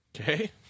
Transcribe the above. Okay